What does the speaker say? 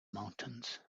mountains